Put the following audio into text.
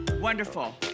Wonderful